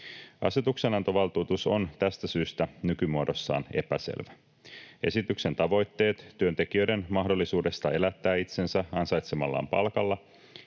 Asetuksenantovaltuutus on tästä syystä nykymuodossaan epäselvä. Esityksen tavoitteet työntekijöiden mahdollisuudesta elättää itsensä ansaitsemallaan palkalla